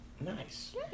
Nice